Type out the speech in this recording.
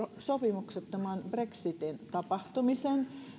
sopimuksettoman brexitin tapahtumisen